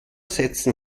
setzen